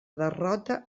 derrota